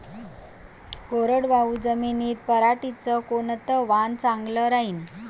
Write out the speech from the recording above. कोरडवाहू जमीनीत पऱ्हाटीचं कोनतं वान चांगलं रायीन?